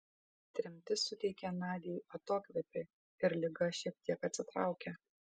tremtis suteikė nadiai atokvėpį ir liga šiek tiek atsitraukė